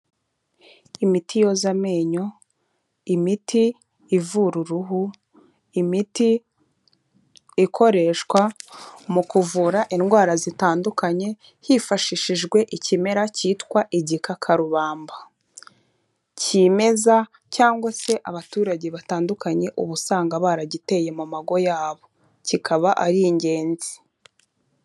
Imiti yoza amenyo. Imiti ivura uruhu. Imiti ikoreshwa mu kuvura indwara zitandukanye hifashishijwe ikimera cyitwa igikakarubamba. Kimeza cyangwa se abaturage batandukanye ubu usanga baragiteye mu mago yabo. Kikaba ari ingenzi